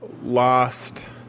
lost